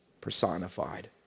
personified